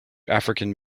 african